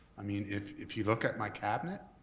i mean if if you look at my cabinet,